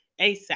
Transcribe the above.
ASAP